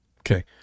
okay